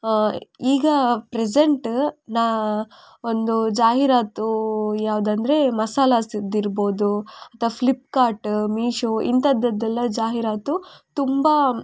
ಈಗ ಪ್ರೆಸೆಂಟ್ ನಾನು ಒಂದು ಜಾಹಿರಾತು ಯಾವುದೆಂದ್ರೆ ಮಸಾಲಾಸಿದ್ದಿರ್ಬೋದು ಅಥ್ವಾ ಫ್ಲಿಪ್ಕಾರ್ಟ್ ಮೀಶೋ ಇಂಥದ್ದೆಲ್ಲ ಜಾಹಿರಾತು ತುಂಬ